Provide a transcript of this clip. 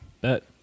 Bet